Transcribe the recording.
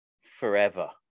forever